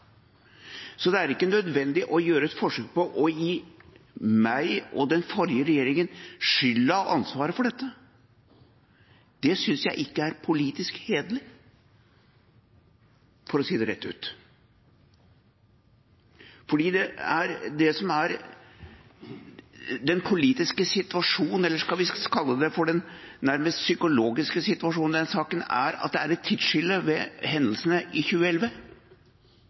Så det er ikke nødvendig å gjøre et forsøk på å gi meg og den forrige regjeringen skylda og ansvaret for dette. Det synes jeg ikke er politisk hederlig, for å si det rett ut. Det som er den politiske situasjonen, eller skal vi kalle det for en nærmest psykologisk situasjon i denne saken, er at det er et tidsskille ved hendelsene i 2011